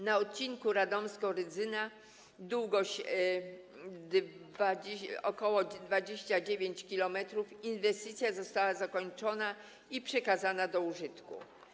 Na odcinku Radomsko - Rydzyna, długość ok. 29 km, inwestycja została zakończona i przekazana do użytku.